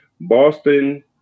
boston